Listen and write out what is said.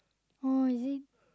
oh is it